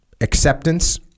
Acceptance